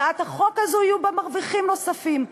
הצעת החוק הזאת, יהיו בה מרוויחים נוספים.